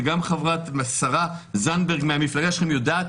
וגם השרה זנדברג מהמפלגה שלכם יודעת,